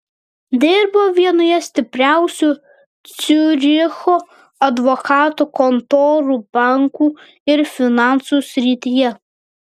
dirbo vienoje stipriausių ciuricho advokatų kontorų bankų ir finansų srityje